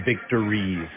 victories